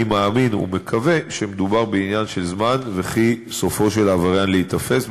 אני מאמין ומקווה כי מדובר בעניין של זמן וכי סופו של עבריין להיתפס.